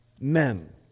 men